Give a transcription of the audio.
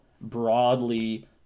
broadly